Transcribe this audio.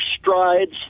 strides